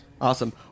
Awesome